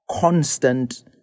constant